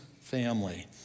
family